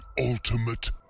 ultimate